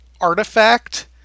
artifact